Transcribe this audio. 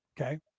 okay